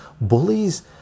bullies